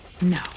No